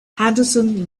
henderson